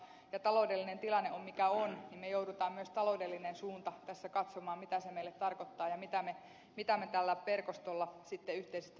ja koska taloudellinen tilanne on mikä on niin me joudumme myös taloudellisen suunnan tässä katsomaan mitä se meille tarkoittaa ja mitä me tällä verkostolla sitten yhteisesti tavoittelemme